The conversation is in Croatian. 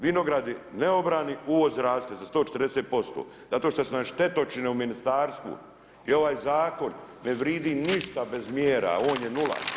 Vinogradi neobrani uvoz raste za 140% zato što su nam štetočine u ministarstvu i ovaj zakon ne vrijedi ništa bez mjera, on je nula.